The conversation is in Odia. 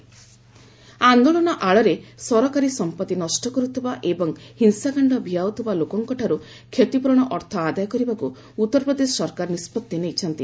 ୟୁପି ଭାୟୋଲେନ୍ ଆନ୍ଦୋଳନ ଆଳରେ ସରକାରୀ ସମ୍ପତ୍ତି ନଷ୍ଟ କରୁଥିବା ଏବଂ ହିଂସାକାଣ୍ଡ ଭିଆଉଥିବା ଲୋକଙ୍କଠାରୁ କ୍ଷତିପୂରଣ ଅର୍ଥ ଆଦାୟ କରିବାକୁ ଉତ୍ତରପ୍ରଦେଶ ସରକାର ନିଷ୍କଭି ନେଇଛନ୍ତି